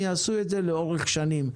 שיעשו את זה לאורך שנים.